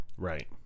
Right